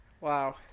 wow